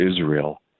Israel